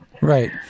right